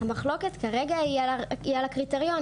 המחלוקת כרגע היא על הקריטריונים.